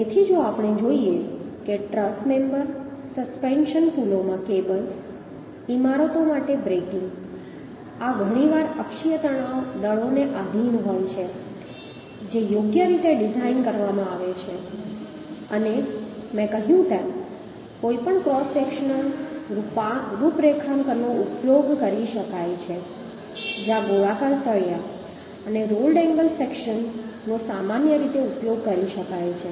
તેથી જો આપણે જોઈએ કે ટ્રસ મેમ્બર સસ્પેન્શન પુલોમાં કેબલ્સ ઇમારતો માટે બ્રેકિંગ આ ઘણીવાર અક્ષીય તણાવ દળોને આધિન હોય છે જે યોગ્ય રીતે ડિઝાઇન કરવામાં આવે છે અને મેં કહ્યું તેમ કોઈપણ ક્રોસ સેક્શનલ રૂપરેખાંકનનો ઉપયોગ કરી શકાય છે જ્યાં ગોળાકાર સળિયા અને રોલ્ડ એન્ગલ સેક્શનનો સામાન્ય રીતે ઉપયોગ કરી શકાય છે